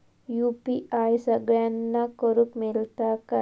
UPI सगळ्यांना करुक मेलता काय?